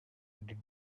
did